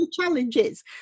Challenges